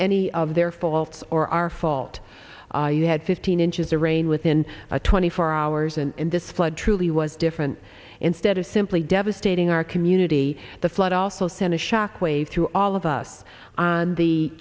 any of their faults or our fault you had fifteen inches of rain within twenty four hours and this flood truly was different instead of simply devastating our community the flood also sent a shockwave through all of us on the